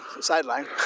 sideline